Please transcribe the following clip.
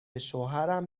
شوهرم